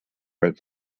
red